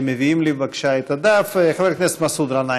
מאת חברת הכנסת מרב מיכאלי,